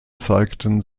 zeigten